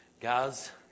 Guys